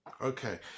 Okay